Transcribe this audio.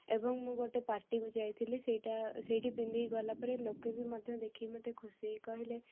ଏବଂ ମୁଁ ଗୋଟେ ପାର୍ଟିକୁ ଯାଇଥିଲି ସେଇଟା ସେଇଠି ପିନ୍ଧିକି ଗଲା ପରେ ଲୋକେ ବି ମଧ୍ୟ ଦେଖିକି ମୋତେ ଖୁସି ହେଇ କହିଲେ